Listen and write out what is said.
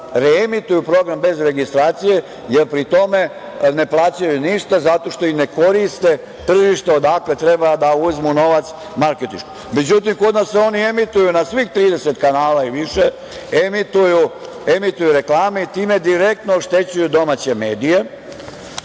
reemituju program bez registracije, jer pri tome ne plaćaju ništa zato što i ne koriste tržište odakle treba da uzmu novac marketinšku.Međutim, kod nas se oni emituju na svih 30 kanala i više, emituju reklame i time direktno oštećuju domaće medije